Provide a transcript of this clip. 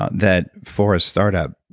ah that for a startup,